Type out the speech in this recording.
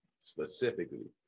specifically